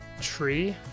Tree